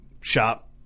shop